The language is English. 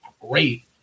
great